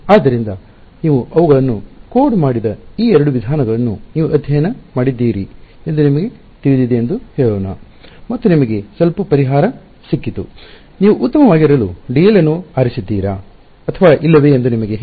ಆದ್ದರಿಂದ ನೀವು ಅವುಗಳನ್ನು ಕೋಡ್ ಮಾಡಿದ ಈ ಎರಡು ವಿಧಾನಗಳನ್ನು ನೀವು ಅಧ್ಯಯನ ಮಾಡಿದ್ದೀರಿ ಎಂದು ನಿಮಗೆ ತಿಳಿದಿದೆ ಎಂದು ಹೇಳೋಣ ಮತ್ತು ನಿಮಗೆ ಸ್ವಲ್ಪ ಪರಿಹಾರ ಸಿಕ್ಕಿತು ನೀವು ಉತ್ತಮವಾಗಿರಲು ಡಿಎಲ್ ಅನ್ನು ಆರಿಸಿದ್ದೀರಾ ಅಥವಾ ಇಲ್ಲವೇ ಎಂದು ನಿಮಗೆ ಹೇಗೆ ಗೊತ್ತು